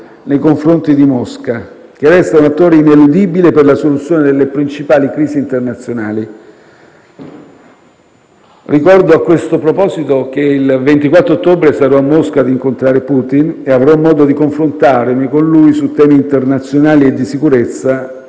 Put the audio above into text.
nei confronti di Mosca, che resta un attore ineludibile per la soluzione delle principali crisi internazionali. Ricordo a questo proposito che il 24 ottobre sarò a Mosca a incontrare Putin e, in occasione di questa mia visita, avrò modo di confrontarmi con lui su temi internazionali e di sicurezza.